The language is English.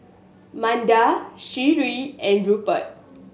Manda Sheree and Rupert